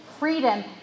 Freedom